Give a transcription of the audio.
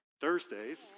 thursdays